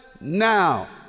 now